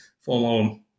formal